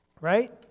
Right